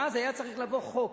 ואז היה צריך לבוא חוק